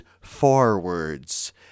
forwards